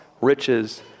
riches